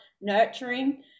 nurturing